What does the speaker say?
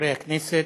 חברי הכנסת,